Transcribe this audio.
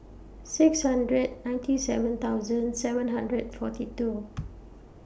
six hundred ninety seven thousand seven hundred forty two